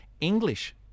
English